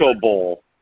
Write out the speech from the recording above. Bowl